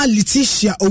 Letitia